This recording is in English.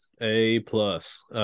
A-plus